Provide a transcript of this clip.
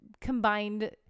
combined